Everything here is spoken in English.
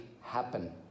happen